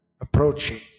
approaching